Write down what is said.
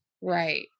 right